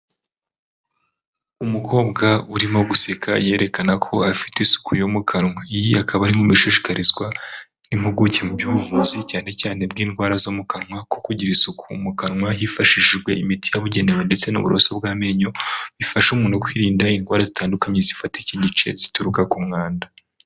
Umukobwa urimo guseka yerekana ko afite isuku yo mu kanwa .Iyi akaba ari inama mu gushishikarizwa impuguke mu by'ubuvuzi cyane cyane bw'indwara zo mu kanwa ,ko kugira isuku mu kanwa hifashishijwe imiti yabugenewe ndetse n'uburoso bw'amenyo bifasha umuntu kwirinda indwara zitandukanye, zifata iki gice zituruka ku mwanda.